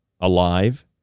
alive